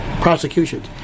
prosecutions